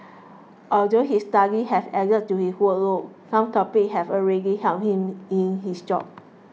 although his studies have added to his workload some topics have already helped him in his job